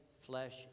flesh